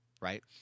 Right